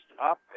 up